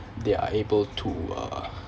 they are able to uh